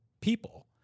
people